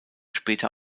später